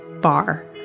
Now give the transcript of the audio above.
bar